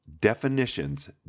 definitions